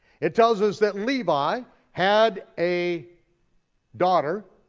it tells us that levi had a daughter,